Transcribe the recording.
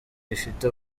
rifite